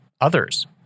others